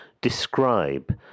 describe